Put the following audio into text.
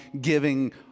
giving